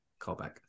callback